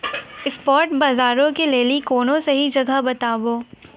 spot बजारो के लेली कोनो सही जगह बताबो